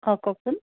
অঁ কওকচোন